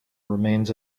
remains